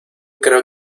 creo